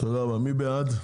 תודה רבה, מי בעד?